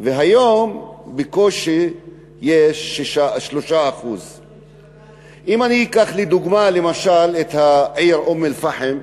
והיום בקושי יש 3%. אם אקח כדוגמה את העיר אום-אלפחם,